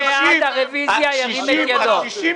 לפני ההצבעה, אני מבקש אדוני התייעצות סיעתית.